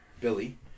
Billy